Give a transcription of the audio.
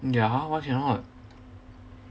ya why cannot